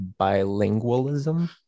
bilingualism